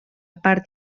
part